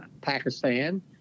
Pakistan